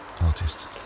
artist